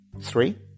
Three